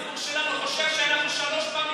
בציבור שלנו חושב שאנחנו שלוש פעמים,